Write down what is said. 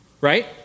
Right